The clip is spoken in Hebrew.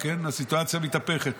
הסיטואציה מתהפכת.